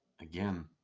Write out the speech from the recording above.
Again